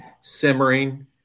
simmering